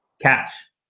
Cash